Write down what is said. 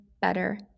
better